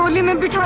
remember